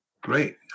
Great